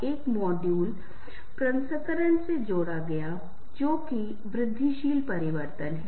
कुछ लोग कहते हैं कि मैं नहीं चाहता कि किसी संबंध में रहूं या संभव है कि उसका कोई रिश्ता नहीं है